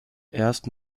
erst